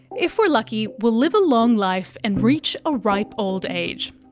if we're lucky, we'll live a long life and reach a ripe old age.